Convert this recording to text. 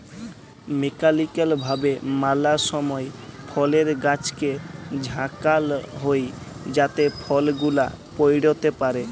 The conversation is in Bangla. মেকালিক্যাল ভাবে ম্যালা সময় ফলের গাছকে ঝাঁকাল হই যাতে ফল গুলা পইড়তে পারে